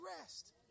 rest